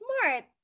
smart